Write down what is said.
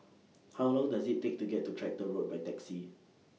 How Long Does IT Take to get to Tractor Road By Taxi